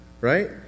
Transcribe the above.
right